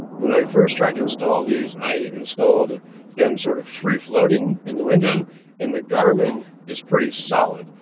when i first tried to install these, i installed them sort of free floating in the window and the garmin is pretty solid.